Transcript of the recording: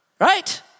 Right